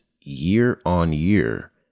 year-on-year